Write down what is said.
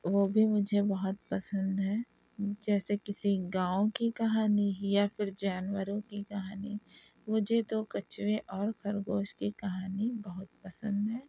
وہ بھی مجھے بہت پسند ہے جیسے کسی گاؤں کی کہانی یا پھر جانوروں کی کہانی مجھے تو کچھوے اور خرگوش کی کہانی بہت پسند ہے